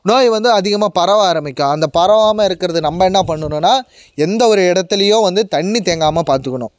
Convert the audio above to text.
நோய் வந்து அதிகமாக பரவ ஆரம்பிக்கும் அந்த பரவாமல் இருக்கிறதுக்கு நம்ம என்ன பண்ணணுனால் எந்த ஒரு இடத்துலையும் வந்து தண்ணி தேங்காமல் பார்த்துக்கணும்